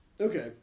Okay